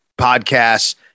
podcasts